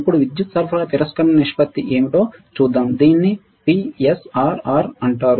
ఇప్పుడు విద్యుత్ సరఫరా తిరస్కరణ నిష్పత్తి ఏమిటో చూద్దాం దీనిని పిఎస్ఆర్ఆర్ అంటారు